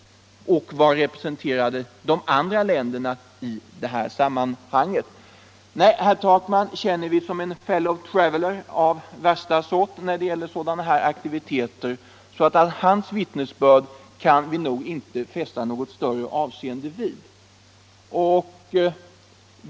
Och vad representerade de andra länderna i det här sammanhanget? Nej, herr Takman känner vi som en fellow-traveller av värsta sort när det gäller sådana här aktiviteter, så hans vittnesbörd kan vi nog inte fästa något större avseende vid.